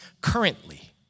currently